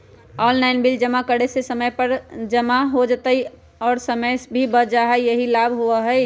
Online bill जमा करे से समय पर जमा हो जतई और समय भी बच जाहई यही लाभ होहई?